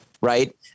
Right